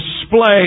display